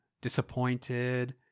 disappointed